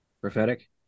Prophetic